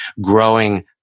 growing